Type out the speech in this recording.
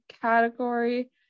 category